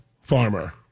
farmer